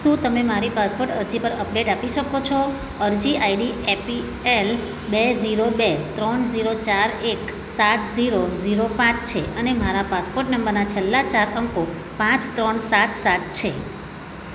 શું તમે મારી પાસપોર્ટ અરજી પર અપડેટ આપી શકો છો અરજી આઈડી એપીએલ બે ઝીરો બે ત્રણ ઝીરો ચાર એક સાત ઝીરો ઝીરો પાંચ છે અને મારા પાસપોર્ટ નંબરના છેલ્લા ચાર અંકો પાંચ ત્રણ સાત સાત છે